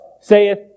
saith